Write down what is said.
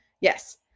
Yes